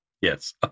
yes